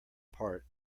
part